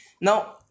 now